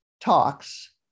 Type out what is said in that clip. talks